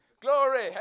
Glory